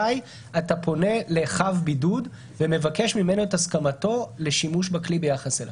מתי אתה פונה לחב בידוד ומבקש ממנו את הסכמתו לשימוש בכלי ביחס אליו?